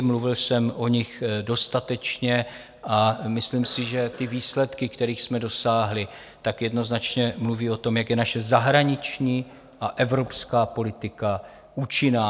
Mluvil jsem o nich dostatečně a myslím si, že výsledky, kterých jsme dosáhli, jednoznačně mluví o tom, jak je naše zahraniční a evropská politika účinná.